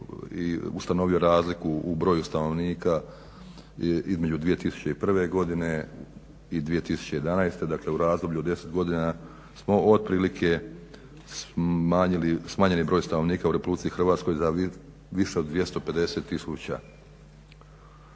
ustanovio razliku u broju stanovnika između 2001.i 2011.dakle u razdoblju od 10 godina smo otprilike smanjen je broj stanovnika u RH za više od 250